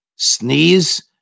Sneeze